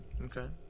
okay